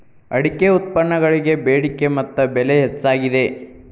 ಅಡಿಕೆ ಉತ್ಪನ್ನಗಳಿಗೆ ಬೆಡಿಕೆ ಮತ್ತ ಬೆಲೆ ಹೆಚ್ಚಾಗಿದೆ